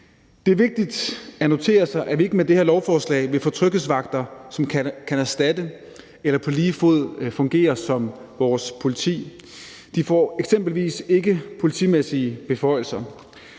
Det er vigtigt at notere sig, at vi ikke med det her lovforslag vil få tryghedsvagter, som kan erstatte eller på lige fod fungere som vores politi. De får eksempelvis ikke politimæssige beføjelser.